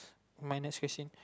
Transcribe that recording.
my next question